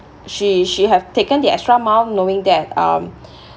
she she have taken the extra mile knowing that um